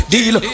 Deal